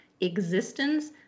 existence